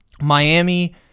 Miami